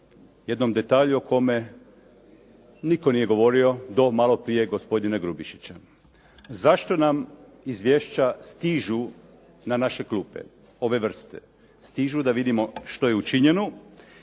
jednom detalju o kome nitko nije govorio do malo prije gospodina Grubišića. Zašto nam izvješća stižu na naše klupe, ove vrste? Stiže da vidimo što je učinjeno